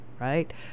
right